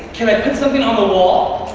can i put something on the wall?